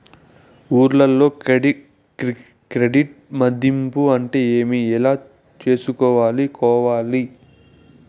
ఊర్లలో క్రెడిట్ మధింపు అంటే ఏమి? ఎలా చేసుకోవాలి కోవాలి?